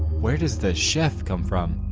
where does the chef come from?